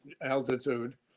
altitude